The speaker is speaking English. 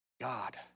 God